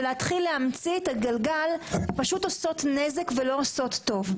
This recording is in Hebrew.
ולהתחיל להמציא את הגלגל פשוט עושות נזק ולא עושות טוב.